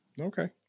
Okay